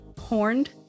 horned